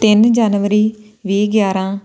ਤਿੰਨ ਜਨਵਰੀ ਵੀਹ ਗਿਆਰਾਂ